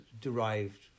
derived